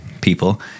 people